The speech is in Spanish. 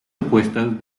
opuestas